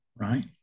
right